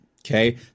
Okay